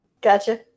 Gotcha